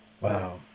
Wow